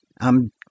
I'm